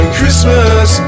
Christmas